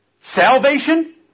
Salvation